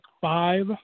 five